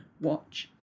watch